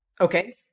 Okay